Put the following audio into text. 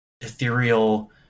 ethereal